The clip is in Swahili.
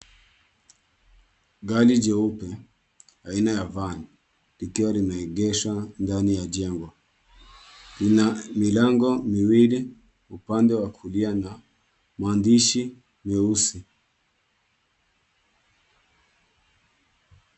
Gari jeupe aina ya Van likiwa limeegeshwa ndani ya jengo. Lina milango miwili upande wa kulia na maandishi meusi.